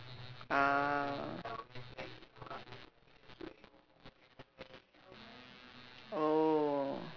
ah oh